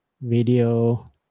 video